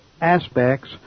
aspects